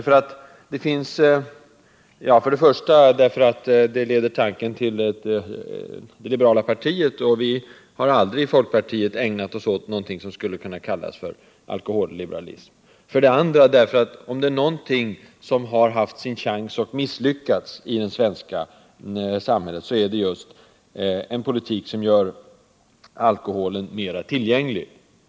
För det första leder ordet tanken till det liberala partiet, trots att vi i folkpartiet aldrig har ägnat oss åt något som skulle kunna kallas alkoholliberalism. För det andra, om det är någonting som har haft sin chans och misslyckats i det svenska samhället, är det just en politik som gör alkoholen mer lättillgänglig.